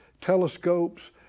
telescopes